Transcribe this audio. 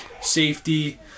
Safety